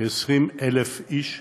כ-20,000 איש,